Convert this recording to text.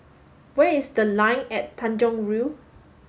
where is The Line at Tanjong Rhu